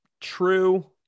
true